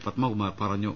പത്മകുമാർ പറഞ്ഞു